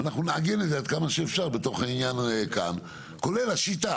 אנחנו נעגן את זה כאן עד כמה שאפשר, כולל השיטה.